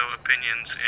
opinions